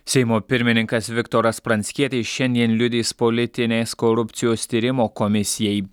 seimo pirmininkas viktoras pranckietis šiandien liudys politinės korupcijos tyrimo komisijai